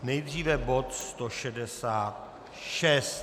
Nejdříve bod 166.